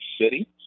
city